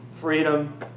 freedom